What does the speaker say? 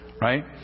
right